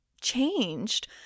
changed